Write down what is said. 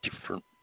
different